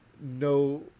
no